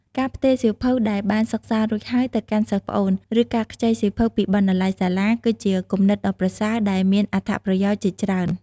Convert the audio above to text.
ការផ្ទេរសៀវភៅដែលបានសិក្សារួចហើយទៅកាន់សិស្សប្អូន ឬការខ្ចីសៀវភៅពីបណ្ណាល័យសាលា គឺជាគំនិតដ៏ប្រសើរដែលមានអត្ថប្រយោជន៍ជាច្រើន។